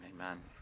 Amen